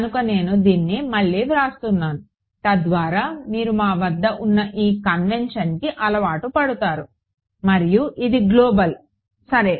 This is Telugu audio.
కనుక నేను దీన్ని మళ్లీ వ్రాస్తున్నాను తద్వారా మీరు మా వద్ద ఉన్న ఈ కన్వెంషన్కి అలవాటు పడతారు మరియు ఇది గ్లోబల్ సరే